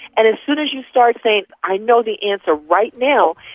and as soon as you start saying i know the answer right now,